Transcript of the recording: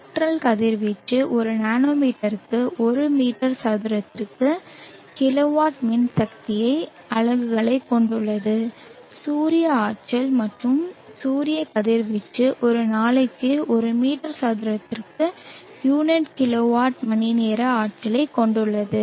spectral கதிர்வீச்சு ஒரு நானோமீட்டருக்கு ஒரு மீட்டர் சதுரத்திற்கு கிலோவாட் மின்சக்தியின் அலகுகளைக் கொண்டுள்ளது சூரிய ஆற்றல் அல்லது சூரிய கதிர்வீச்சு ஒரு நாளைக்கு ஒரு மீட்டர் சதுரத்திற்கு யூனிட் கிலோவாட் மணிநேர ஆற்றலைக் கொண்டுள்ளது